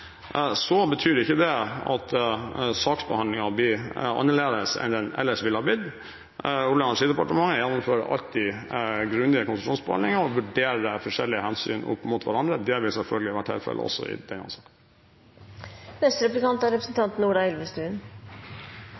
Så betyr ikke det at saksbehandlingen blir annerledes enn den ellers ville blitt. Olje- og energidepartementet er i alle fall alltid grundig i konsesjonsbehandlingen og vurderer forskjellige hensyn opp mot hverandre. Det vil selvfølgelig være tilfellet også i denne saken.